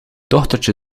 dochtertje